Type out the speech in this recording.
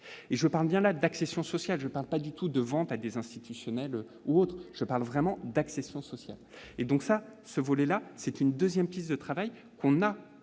et je parle bien là d'accession sociale, je parle pas du tout de vente à des institutionnels ou autres, je parle vraiment d'accession sociale et donc ça ce volet là c'est une 2ème piste de travail qu'on a